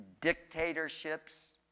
dictatorships